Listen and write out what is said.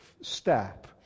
step